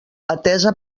atesa